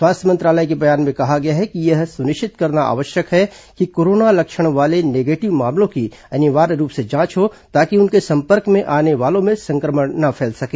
स्वास्थ्य मंत्रालय के बयान में कहा गया है कि यह सुनिश्चित करना आवश्यक है कि कोरोना लक्षण वाले निगेटिव मामलों की अनिवार्य रूप से जांच हो ताकि उनके संपर्क में आने वालों में सं क्र मण न फैल सके